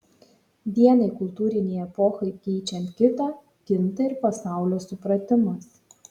vienai kultūrinei epochai keičiant kitą kinta ir pasaulio supratimas